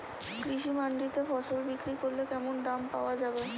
কৃষি মান্ডিতে ফসল বিক্রি করলে কেমন দাম পাওয়া যাবে?